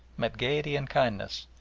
met gaiety and kindness,